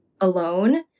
alone